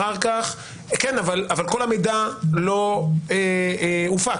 כל המידע לא הופק.